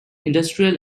industrial